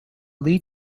lead